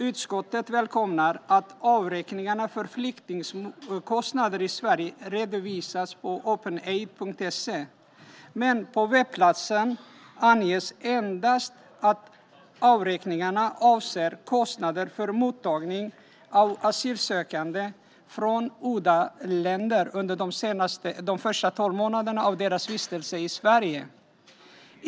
Utskottet välkomnar att avräkningarna för flyktingkostnader i Sverige redovisas på openaid.se. Men på webbplatsen anges endast att avräkningarna avser kostnader för mottagning av asylsökande från ODA-länder under de första tolv månaderna av deras vistelse i Sverige.